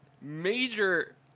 major